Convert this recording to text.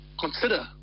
consider